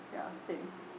ya same